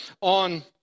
on